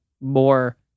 more